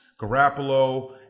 Garoppolo